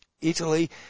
Italy